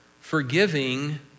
forgiving